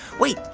wait.